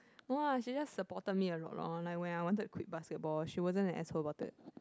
no ah she just supported me a lot lor like when I wanted quit basketball she wasn't an asshole about it